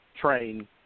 train